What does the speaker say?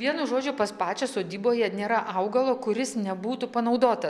vienu žodžiu pas pačią sodyboje nėra augalo kuris nebūtų panaudota